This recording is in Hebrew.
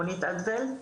רונית אנדולט,